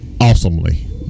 awesomely